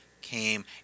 came